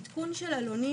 עדכון של עלונים